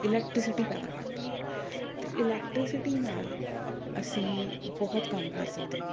electricity ਪੈਦਾ ਕਰਦੀ ਹੈ ਅਤੇ ਇਲੈਕਟ੍ਰੀਸਿਟੀ ਨਾਲ ਅਸੀਂ ਬਹੁਤ ਕੰਮ ਕਰ ਸਕਦੇ ਹਾਂ